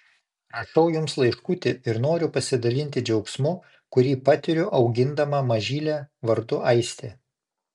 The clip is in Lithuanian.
rašau jums laiškutį ir noriu pasidalinti džiaugsmu kurį patiriu augindama mažylę vardu aistė